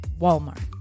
walmart